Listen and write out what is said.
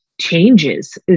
changes